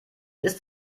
ist